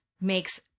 makes